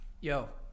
Yo